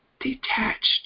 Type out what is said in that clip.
detached